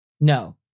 No